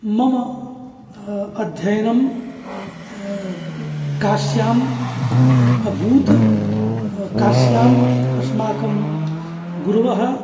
मम अध्ययनं काश्याम् अभूत् काश्याम् अस्माकं गुरवः